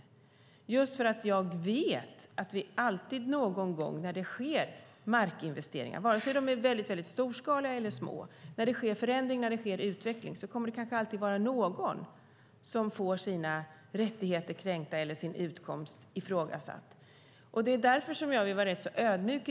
Det är just för att jag vet att när det sker markinvesteringar, vare sig de är storskaliga eller små, och när det sker förändring och utveckling kommer det kanske alltid att vara någon som får sina rättigheter kränkta eller sin utkomst ifrågasatt. Det är därför jag vill vara rätt ödmjuk.